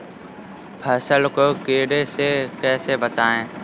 फसल को कीड़े से कैसे बचाएँ?